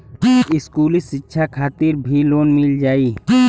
इस्कुली शिक्षा खातिर भी लोन मिल जाई?